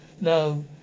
No